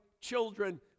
children